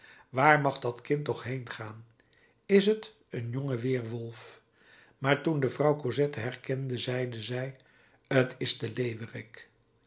waar mag dat kind toch heengaan is t een jonge weerwolf maar toen de vrouw cosette herkende zeide zij t is de leeuwerik